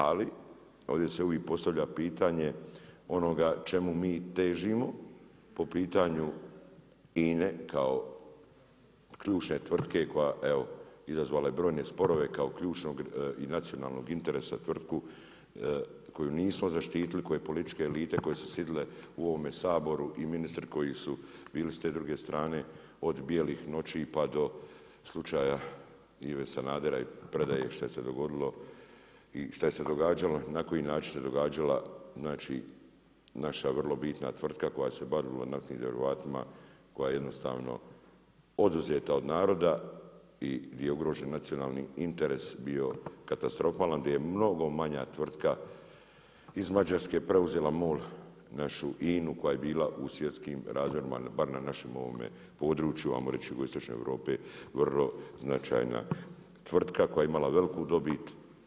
Ali, ovdje se uvijek postavlja pitanje, onoga čemu mi težimo po pitanju INA-e, kao ključne tvrtke, koja evo, izazvala je brojne sporove kao ključnog i nacionalnog interesa tvrtku koju nismo zaštitili, koje političke elite koje su sjedile u ovome Saboru i ministre koji su bili s te druge strane, od bijelih noći pa do slučaja Ive Sanadera i predaje šta se je dogodilo i šta je se događalo na koji način se događala, znači, naša vrlo bitna tvrtka koja se bavila naftnim derivatima, koja je jednostavno oduzeta od naroda i di je ugrožen nacionalni interes bio katastrofalan, gdje je mnogo manja tvrtka iz Mađarske preuzela MOL, našu INA-u koja je bila u svjetskim razinama, bar na našem ovome području, ajmo reći jugoistočne Europe vrlo značajna tvrtka, koja je imala veliku dobit.